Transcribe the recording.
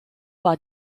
war